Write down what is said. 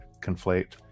conflate